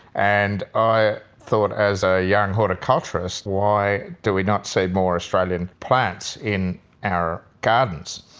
and i thought as a young horticulturist, why do we not see more australian plants in our gardens?